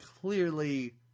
clearly